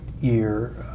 year